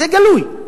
זה גלוי.